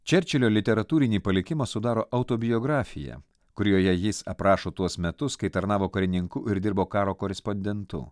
čerčilio literatūrinį palikimą sudaro autobiografija kurioje jis aprašo tuos metus kai tarnavo karininku ir dirbo karo korespondentu